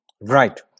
Right